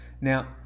Now